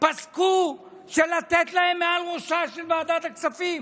פסקו לתת להם, מעל ראשה של ועדת הכספים,